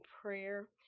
prayer